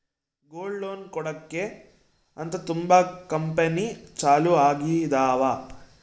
gold loan ಕೊಡಕ್ಕೆ ಅಂತ ತುಂಬಾ ಕಂಪೆನಿ ಚಾಲೂ ಆಗಿದಾವ